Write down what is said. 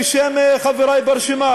בשם חברי ברשימה,